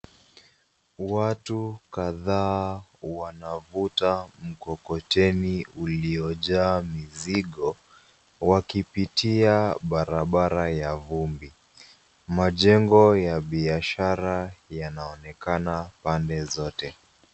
Watu kadhaa wanavuta mkokoteni uliojaa mizigo wakipitia barabara ya vumbi. Majengo ya biashara yanaonekana pande zote.